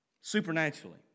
supernaturally